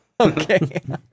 Okay